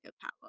power